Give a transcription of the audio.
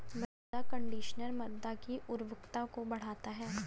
मृदा कंडीशनर मृदा की उर्वरता को बढ़ाता है